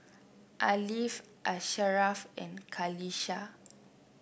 Ariff Asharaff and Qalisha